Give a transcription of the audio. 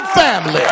family